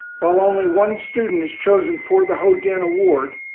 while only one student is chosen for the ho din award,